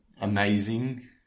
amazing